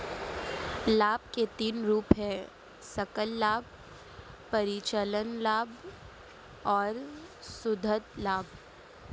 लाभ के तीन रूप हैं सकल लाभ, परिचालन लाभ और शुद्ध लाभ